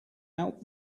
out